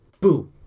boo